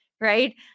Right